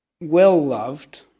well-loved